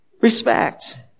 Respect